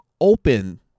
open